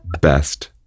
Best